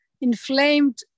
inflamed